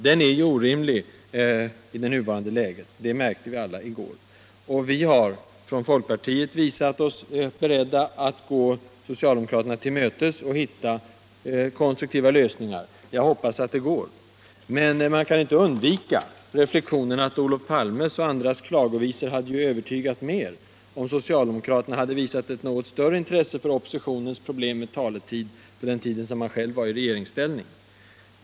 Den är orimlig i nuvarande läge, det märkte vi i går. Vi i folkpartiet har visat oss beredda att gå socialdemokraterna till mötes för att hitta konstruktiva lösningar. Jag hoppas att det går. Men Olof Palmes och andras klagovisor skulle ha övertygat mer, om socialdemokraterna hade visat större intresse för oppositionens problem under den tid de själva var i regeringsställning.